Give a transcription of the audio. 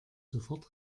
sofort